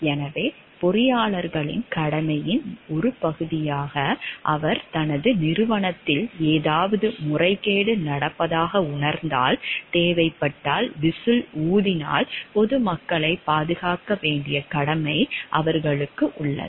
எனவே பொறியாளர்களின் கடமையின் ஒரு பகுதியாக அவர் தனது நிறுவனத்தில் ஏதாவது முறைகேடு நடப்பதாக உணர்ந்தால் தேவைப்பட்டால் விசில் ஊதி பொதுமக்களைப் பாதுகாக்க வேண்டிய கடமை அவர்களுக்கு உள்ளது